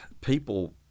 people